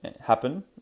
happen